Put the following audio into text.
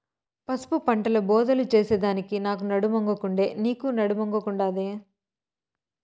పసుపు పంటల బోదెలు చేసెదానికి నాకు నడుమొంగకుండే, నీకూ నడుమొంగకుండాదే